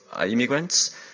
immigrants